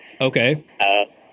Okay